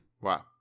Wow